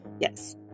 yes